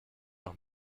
noch